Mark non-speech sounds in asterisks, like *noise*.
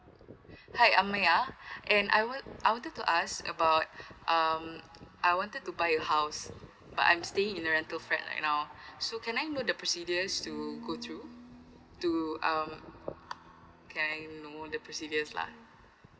hi amy ya and I would I wanted to ask about um I wanted to buy a house but I'm staying in a rental flat right now so can I know the procedures to go through to um *noise* can I know the procedure lah